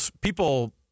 people